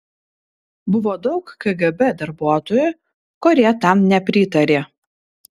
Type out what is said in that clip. buvo daug kgb darbuotojų kurie tam nepritarė